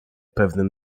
pewnym